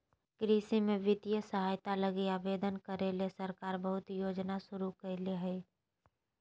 कृषि में वित्तीय सहायता लगी आवेदन करे ले सरकार बहुत योजना शुरू करले हइ